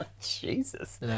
Jesus